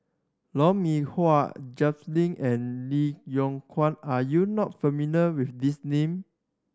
Lou Mee Wah Jay Lim and Lee Yong Kiat are you not familiar with these names